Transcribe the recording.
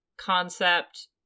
concept